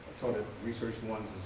taught at research ones